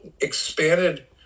expanded